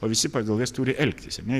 o visi pagal jas turi elgtis ar ne